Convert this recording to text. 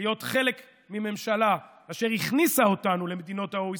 הכבוד להיות חלק מהממשלה אשר הכניסה אותנו למדינות ה-OECD,